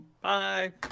Bye